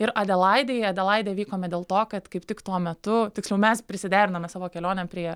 ir adelaidėje į adelaidę vykome dėl to kad kaip tik tuo metu tiksliau mes prisiderinome savo kelionę prie